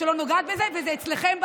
שאני לא נוגעת בזה וזה אצלכם בידיים.